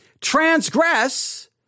transgress